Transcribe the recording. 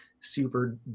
super